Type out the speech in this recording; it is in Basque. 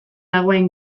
dagoen